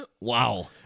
Wow